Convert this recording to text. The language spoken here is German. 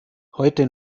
heute